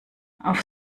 auf